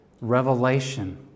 revelation